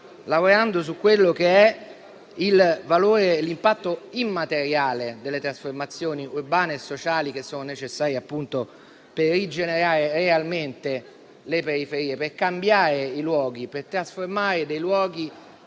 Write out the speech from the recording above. lavorando sul valore e l'impatto immateriale delle trasformazioni urbane e sociali, che sono necessarie per rigenerare realmente le periferie, per cambiare i luoghi, per trasformare luoghi